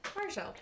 Marshall